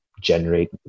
generate